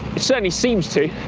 it certainly seems to.